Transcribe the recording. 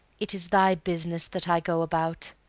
it is thy business that i go about